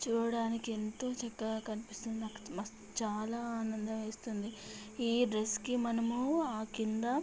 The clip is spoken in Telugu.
చూడటానికి ఎంతో చక్కగా కనిపిస్తుంది నాకు మస్త్ చాలా ఆనందమేస్తుంది ఈ డ్రెస్కి మనము ఆ క్రింద